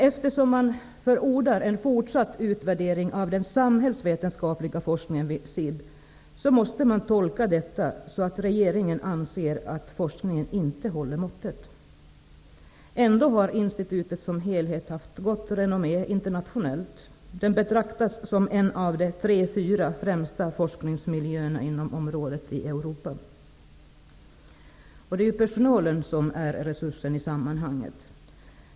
Eftersom regeringen förordar en fortsatt utvärdering av den samhällsvetenskapliga forskningen vid SIB, måste man tolka detta så, att regeringen anser att forskningen inte håller måttet. Ändå har institutet som helhet haft gott renommé internationellt. Det betraktas som ett av de tre fyra främsta forskningsmiljöerna inom området i Europa. Det är personalen som är resursen i sammanhanget.